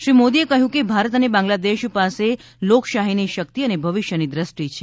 શ્રી મોદીએ કહયું કે ભારત અને બાંગ્લાદેશ પાસે લોકશાહીની શકિત અને ભવિષ્યની દ્રષ્ટી છે